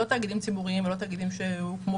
לא תאגידים ציבוריים ולא תאגידים שהוקמו